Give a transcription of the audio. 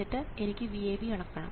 എന്നിട്ട് എനിക്ക് VAB അളക്കണം